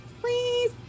please